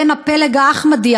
בן הפלג האחמדי,